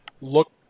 look